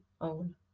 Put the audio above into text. own